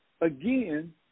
again